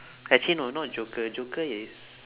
actually no not joker joker is